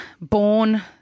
born